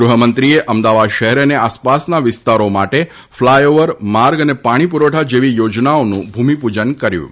ગૃહમંત્રીએ અમદાવાદ શહેર અને આસપાસના વિસ્તારો માટે ફલાથ ઓવર માર્ગ અને પાણી પુરવઠા જેવી યોજનાઓનુ ભૂમિપૂજન કર્યુ હતુ